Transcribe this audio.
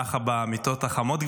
נחה במיטות החמות.